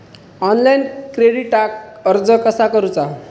Online क्रेडिटाक अर्ज कसा करुचा?